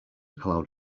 cloud